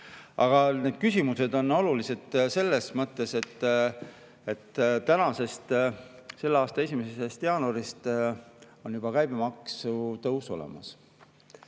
Aga need küsimused on olulised selles mõttes, et selle aasta 1. jaanuarist on juba käibemaksu tõus olemas.